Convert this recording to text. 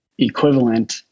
equivalent